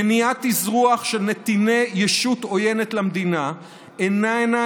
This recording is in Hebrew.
מניעת אזרוח של נתיני ישות עוינת למדינה איננה